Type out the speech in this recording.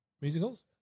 musicals